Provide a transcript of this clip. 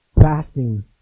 fasting